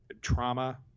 trauma